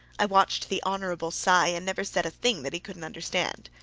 i watched the hon. cy, and never said a thing that he couldn't understand.